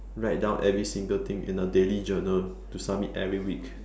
write down every single thing in a daily journal to submit every week